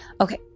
Okay